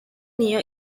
near